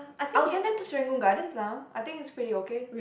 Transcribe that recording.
I will send them to Serangoon-Gardens ah I think is pretty okay